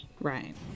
Right